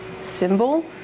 symbol